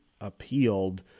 appealed